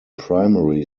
primary